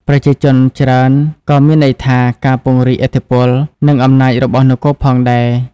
ប្រជាជនច្រើនក៏មានន័យថា ការពង្រីកឥទ្ធិពល និងអំណាចរបស់នគរផងដែរ។